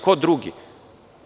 Ko drugi?